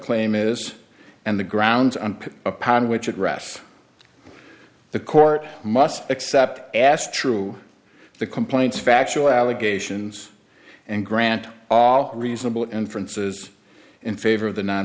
claim is and the grounds upon which address the court must accept asked true the complaints factual allegations and grant reasonable inferences in favor of the non